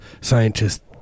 scientists